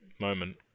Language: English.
moment